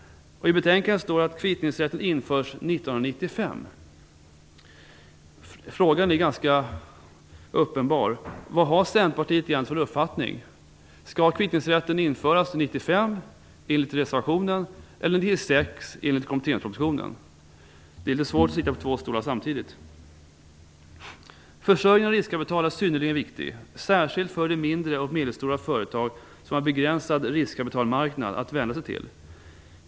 I betänkandet står att kvittningsrätten införs 1995. Frågan är ganska uppenbar: Vad har Centerpartiet egentligen för uppfattning? Skall kvittningsrätten införas 1995 enligt reservationen eller 1996 enligt kompletteringspropositionen? Det är litet svårt att sitta på två stolar samtidigt. Försörjningen av riskkapital är synnerligen viktig, särskilt för de mindre och medelstora företag som har en begränsad riskkapitalmarknad att vända sig till.